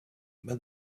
but